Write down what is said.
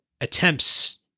attempts